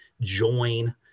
join